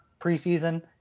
preseason